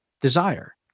desire